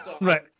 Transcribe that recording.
right